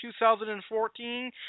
2014